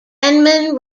denman